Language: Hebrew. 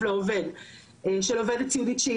היא ילדה ולכן היא נשארה פה שלא כדין,